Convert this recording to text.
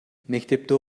мектепте